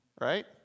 right